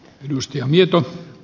arvoisa puhemies